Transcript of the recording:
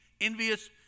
envious